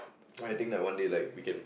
I think like one day like we can